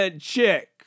chick